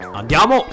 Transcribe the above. andiamo